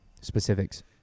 specifics